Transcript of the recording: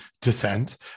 descent